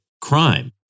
crime